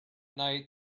night